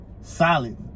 solid